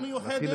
נא לסיים.